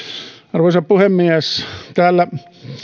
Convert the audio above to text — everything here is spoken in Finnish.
arvoisa puhemies täällä